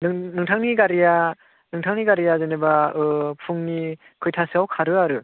नों नोंथांनि गारिआ नोंथांनि गारिआ जेनेबा ओ फुंनि खैथासोआव खारो आरो